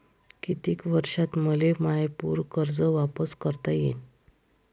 कितीक वर्षात मले माय पूर कर्ज वापिस करता येईन?